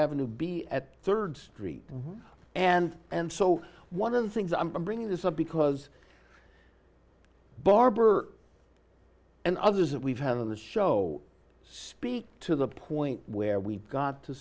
ave be at third street and and so one of the things i'm bringing this up because barbour and others that we've had on the show speak to the point where we've got to